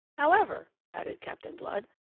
however, added captain blood,